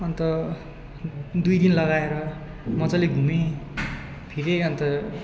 अन्त दुई दिन लगाएर मजाले घुमेँ फेरि अन्त